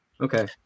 Okay